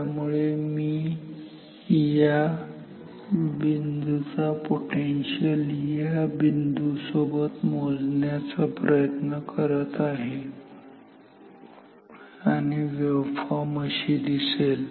त्यामुळे मी या बिंदूचा पोटेन्शियल या बिंदू सोबत मोजण्याचा प्रयत्न करतात आहे आणि वेव्हफॉर्म अशी दिसेल